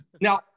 now